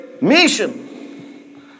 mission